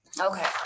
Okay